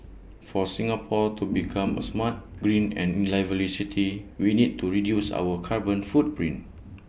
for Singapore to become A smart green and lively city we need to reduce our carbon footprint